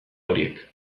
horiek